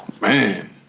Man